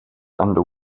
under